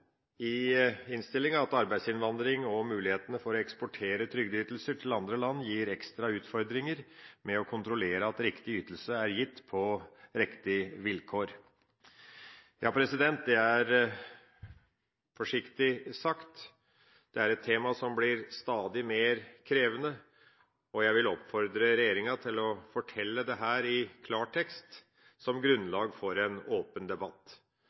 i innstillinga at «arbeidsinnvandring og muligheter for å eksportere trygdeytelser til andre land gir ekstra utfordringer med å kontrollere at riktig ytelse er gitt på riktige vilkår». Det er forsiktig sagt. Dette er et tema som blir stadig mer krevende, og jeg vil oppfordre regjeringa til å fortelle dette i klartekst, som grunnlag for en åpen debatt.